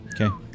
Okay